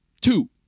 two